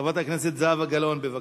חברת הכנסת זהבה גלאון, בבקשה.